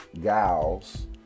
gals